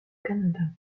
canada